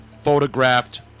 photographed